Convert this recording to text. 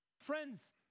Friends